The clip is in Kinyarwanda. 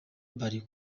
bari